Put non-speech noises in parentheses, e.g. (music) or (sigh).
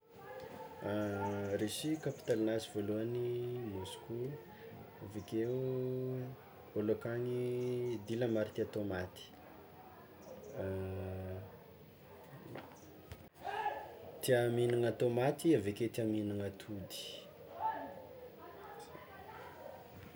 (hesitation) Rusia, kapitalinazy voalohany Môsko, avekeo olo akagny dila maro tià tômaty, (hesitation) tià mihignana tômaty avekeo tià mihignana atody.